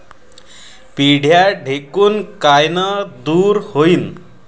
पिढ्या ढेकूण कायनं दूर होईन?